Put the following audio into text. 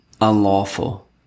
unlawful